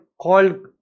called